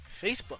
Facebook